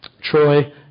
Troy